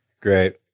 Great